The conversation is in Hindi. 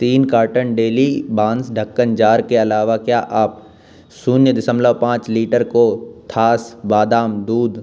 तीन कार्टन डेली बाँस ढक्कन जार के अलावा क्या आप शून्य दशमलव पाँच लीटर को थास बादाम दूध